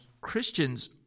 Christians